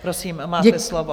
Prosím, máte slovo.